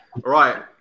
right